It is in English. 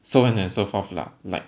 so on and so forth lah like